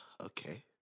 okay